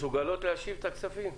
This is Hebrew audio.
מסוגלות להשיב את הכספים?